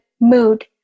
mood